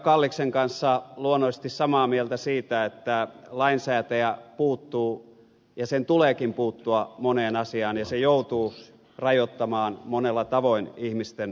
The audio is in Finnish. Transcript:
kalliksen kanssa luonnollisesti samaa mieltä siitä että lainsäätäjä puuttuu ja sen tuleekin puuttua moneen asiaan ja se joutuu rajoittamaan monella tavoin ihmisten vapautta